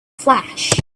flash